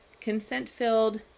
consent-filled